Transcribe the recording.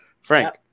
Frank